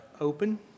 open